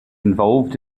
involved